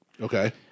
Okay